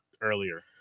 earlier